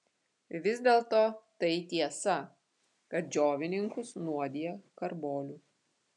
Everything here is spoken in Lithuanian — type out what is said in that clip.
vis dėlto tai tiesa kad džiovininkus nuodija karboliu